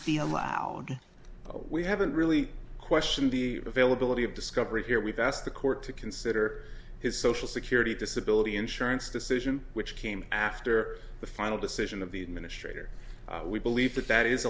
feel loud but we haven't really questioned the availability of discovery here we've asked the court to consider his social security disability insurance decision which came after the final decision of the administrator we believe that that is